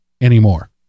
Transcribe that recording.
anymore